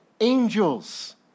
angels